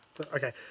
Okay